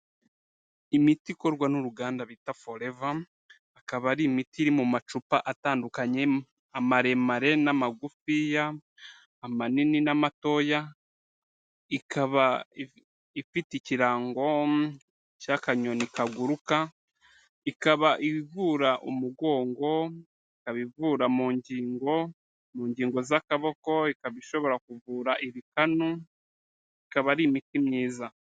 Imiti ikorwa n'uruganda bita Foreva, akaba ari imiti iri mu macupa atandukanye amaremare n'amagufiya amananini n'amatoya, ikaba ifite ikirango cy'akanyoni kaguruka, ikaba ivura umugongo, ikaba ivura mu ngingo mu ngingo z'akaboko, ikaba ishobora kuvura ibikanu ikaba ari imiti myiza.